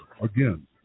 Again